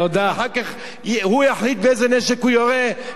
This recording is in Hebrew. אחר כך הוא יחליט באיזה נשק הוא יורה?